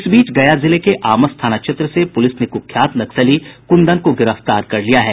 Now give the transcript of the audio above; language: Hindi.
इस बीच गया जिले के आमस थाना क्षेत्र से पुलिस ने कुख्यात नक्सली कुंदन को गिरफ्तार कर लिया है